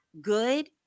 good